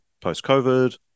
post-covid